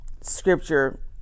scripture